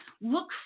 look